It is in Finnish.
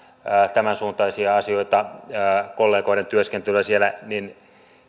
tämänsuuntaisia asioita kollegoiden työskentelyä siellä niin